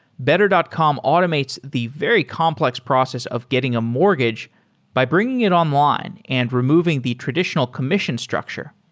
better dot com automates the very complex process of getting a mortgage by bringing it online and removing the traditional commission structure,